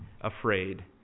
afraid